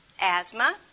Asthma